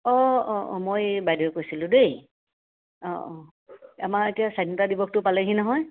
অঁ অঁ অঁ মই এই বাইদেৱে কৈছিলো দেই অঁ অঁ আমাৰ এতিয়া স্বাধীনতা দিৱসটো পালেহি নহয়